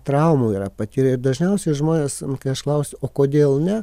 traumų yra patyrę ir dažniausiai žmonės kai aš klausiu o kodėl ne